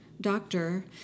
doctor